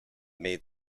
made